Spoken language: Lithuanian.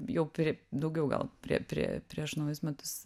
jau prie daugiau gal prie prie prieš naujus metus